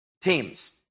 teams